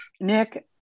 Nick